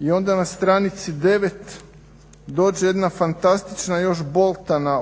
I onda na stranici 9 dođe jedna fantastična još boldana,